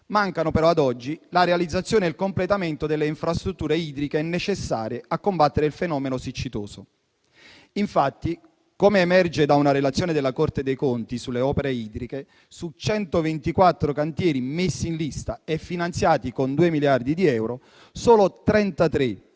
mancano, ad oggi, la realizzazione e il completamento delle infrastrutture idriche necessarie a combattere il fenomeno siccitoso. Infatti, come emerge da una relazione della Corte dei conti sulle opere idriche, su 124 cantieri messi in lista e finanziati con 2 miliardi di euro, solo 33